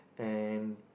and